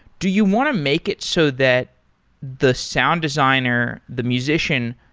do you want to make it so that the sound designer, the musician,